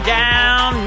down